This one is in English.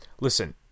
listen